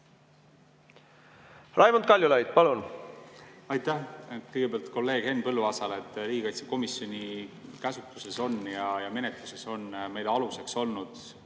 Raimond Kaljulaid, palun! Aitäh! Kõigepealt kolleeg Henn Põlluaasale: riigikaitsekomisjoni käsutuses on ja menetluses on meile aluseks olnud,